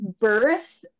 birth